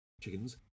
chickens